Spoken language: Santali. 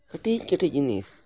ᱠᱟᱹᱴᱤᱡ ᱠᱟᱹᱴᱤᱡ ᱡᱤᱱᱤᱥ